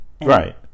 Right